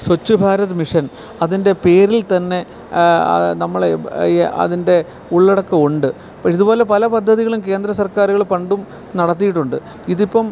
Swachh Bharat mission അതിൻ്റെ പേരിൽത്തന്നെ നമ്മളെ അതിൻ്റെ ഉള്ളടക്കവൊണ്ട് പക്ഷെ ഇതുപോലെ പല പദ്ധതികളും കേന്ദ്രസർക്കാരുകള് പണ്ടും നടത്തിയിട്ടുണ്ട് ഇതിപ്പം